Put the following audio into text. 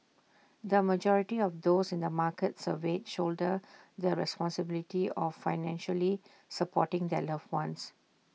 the majority of those in the markets surveyed shoulder the responsibility of financially supporting their loved ones